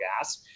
gas